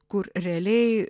kur realiai